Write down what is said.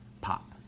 pop